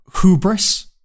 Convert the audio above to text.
Hubris